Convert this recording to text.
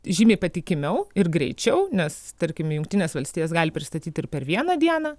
žymiai patikimiau ir greičiau nes tarkim į jungtines valstijas gali pristatyt ir per vieną dieną